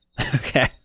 Okay